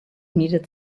needed